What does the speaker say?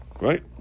right